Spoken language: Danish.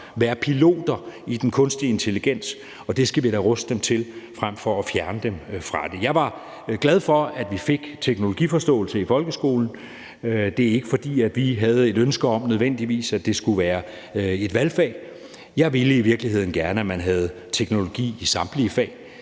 være piloter i den kunstige intelligens, og det skal vi da ruste dem til frem for at fjerne dem fra det. Jeg var glad for, at vi fik teknologiforståelse i folkeskolen. Det er ikke, fordi vi havde et ønske om, at det nødvendigvis skulle være et valgfag. Jeg ville i virkeligheden gerne, at man havde teknologi i samtlige fag,